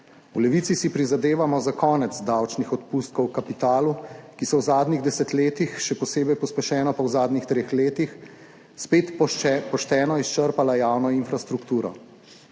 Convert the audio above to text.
V Levici si prizadevamo za konec davčnih odpustkov kapitalu, ki so v zadnjih desetletjih, še posebej pospešeno pa v zadnjih treh letih spet še pošteno izčrpala javno infrastrukturo.